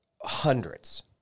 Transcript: hundreds